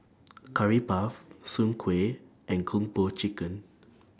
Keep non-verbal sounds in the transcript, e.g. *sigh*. Curry Puff Soon Kueh and Kung Po Chicken *noise*